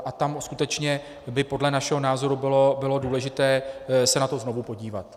A tam skutečně by podle našeho názoru bylo důležité se na to znovu podívat.